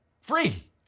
free